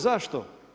Zašto?